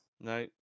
No